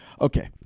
Okay